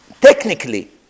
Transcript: Technically